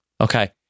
Okay